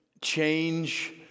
change